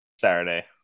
Saturday